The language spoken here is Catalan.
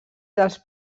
dels